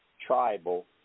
tribal